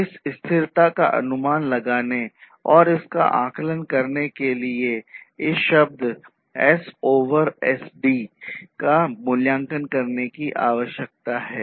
इस स्थिरता का अनुमान लगाने और इसका आकलन करने के लिए इस शब्द S over SD का मूल्यांकन करने की आवश्यकता है